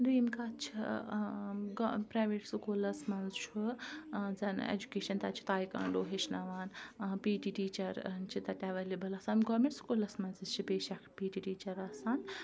دوٚیُم کَتھ چھِ پرٛایویٹ سکوٗلَس منٛز چھُ زَنہٕ ایٚجوکیشَن تَتہِ تہِ چھِ تایکانڈو ہیٚچھناوان پی ٹی ٹیٖچَر چھِ تَتہِ ایٚویلیبٕل آسان گورمیٚنٛٹ سکوٗلَس منٛز تہِ چھِ بیشک پی ٹی ٹیٖچَر آسان